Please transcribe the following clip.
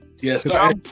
yes